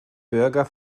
bürger